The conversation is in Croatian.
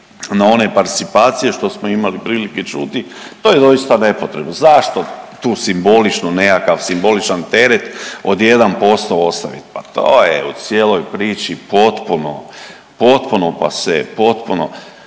na one participacije što smo imali prilike čuti, to je doista nepotrebno, zašto tu simboličnu, nekakav simboličan teret od 1% ostavit, pa to je u cijeloj priči potpuno, potpuno pase, potpuno,